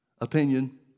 opinion